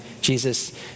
Jesus